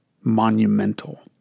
monumental